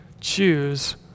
choose